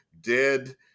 dead